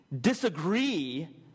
disagree